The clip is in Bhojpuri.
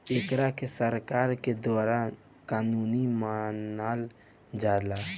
एकरा के सरकार के द्वारा कानूनी मानल जाला